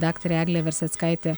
daktarė eglė verseckaitė